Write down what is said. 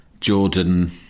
Jordan